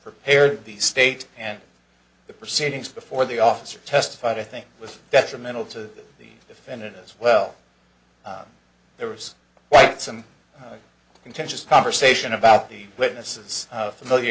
prepared the state and the proceedings before the officer testified i think it was detrimental to the defendant as well there was quite some contentious conversation about the witnesses familiar